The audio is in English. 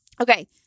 Okay